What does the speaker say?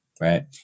Right